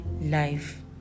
life